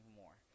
more